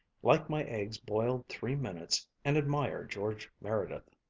like my eggs boiled three minutes, and admire george meredith.